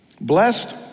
Blessed